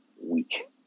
week